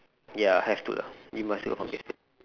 ya have to lah you must